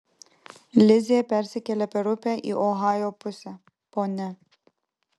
lizė persikėlė per upę į ohajo pusę ponia